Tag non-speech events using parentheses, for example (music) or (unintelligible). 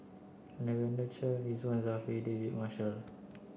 Lavender Chang Ridzwan Dzafir (unintelligible) Marshall